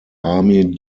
army